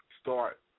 start